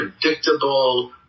predictable